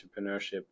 entrepreneurship